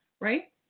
right